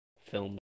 film